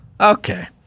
okay